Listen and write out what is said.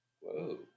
whoa